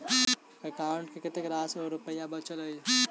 account मे कतेक रास रुपया बचल एई